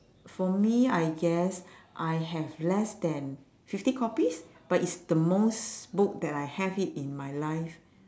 for me I guess I have less than fifty copies but it's the most book that I have it in my life